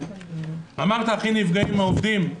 אמרת שהכי נפגעים הם העובדים?